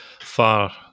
far